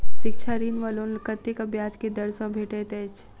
शिक्षा ऋण वा लोन कतेक ब्याज केँ दर सँ भेटैत अछि?